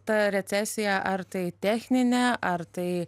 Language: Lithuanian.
ta recesija ar tai techninė ar tai